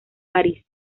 parís